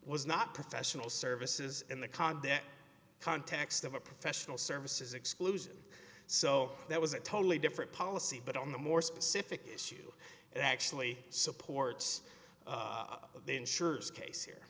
was not professional services in the condit context of a professional services exclusion so that was a totally different policy but on the more specific issue it actually supports the insurers case here